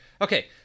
okay